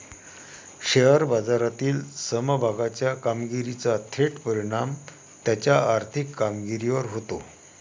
share बाजारातील समभागाच्या कामगिरीचा थेट परिणाम त्याच्या आर्थिक कामगिरीवर होतो